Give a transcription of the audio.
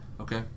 Okay